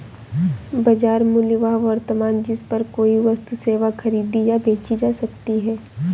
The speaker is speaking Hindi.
बाजार मूल्य वह वर्तमान जिस पर कोई वस्तु सेवा खरीदी या बेची जा सकती है